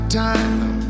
time